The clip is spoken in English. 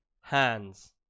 Hands